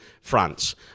France